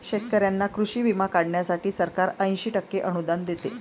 शेतकऱ्यांना कृषी विमा काढण्यासाठी सरकार ऐंशी टक्के अनुदान देते